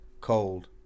cold